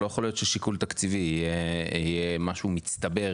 לא יכול להיות ששיקול תקציבי יהיה משהו מצטבר